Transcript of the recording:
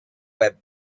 web